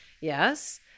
yes